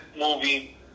movie